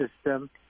system